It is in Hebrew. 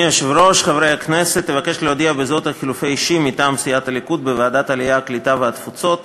ממלא-מקום יושב-ראש ועדת הכנסת מבקש להודיע הודעה ללא הצבעה.